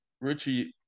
Richie